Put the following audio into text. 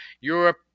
Europe